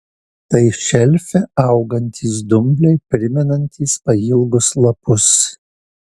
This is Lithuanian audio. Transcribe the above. tai šelfe augantys dumbliai primenantys pailgus lapus